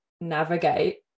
navigate